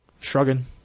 Shrugging